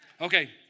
Okay